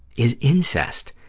is incest,